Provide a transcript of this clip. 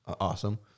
awesome